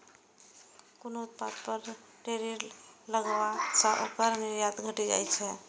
कोनो उत्पाद पर टैरिफ लगला सं ओकर निर्यात घटि जाइ छै